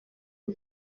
nti